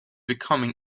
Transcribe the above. becoming